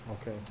Okay